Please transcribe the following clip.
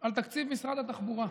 על תקציב משרד התחבורה,